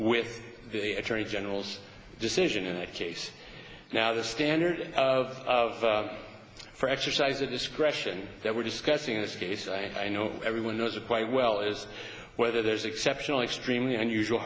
with the attorney general's decision in that case now the standard of of for exercise of discretion that we're discussing in this case and i know everyone knows it quite well is whether there's exceptional extremely unusual